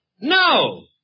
No